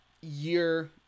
year